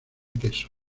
queso